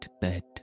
bed